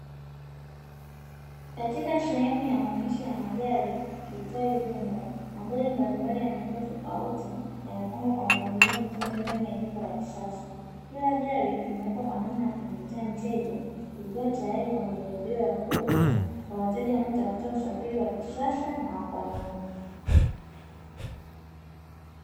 Katika sehemu ya maonyesho ya magari iitwayo Hyundai, magari mbalimbali ya miundo tofauti yamepangwa kwa mpangilio mzuri ndani ya jengo la kisasa. Kila gari limewekwa kwa namna ya kumvutia mteja likiwa tayari kwa majaribio ya kuuza kwa wateja wanaotafuta usafiri wa kisasa na wa kuaminika.